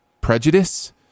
prejudice –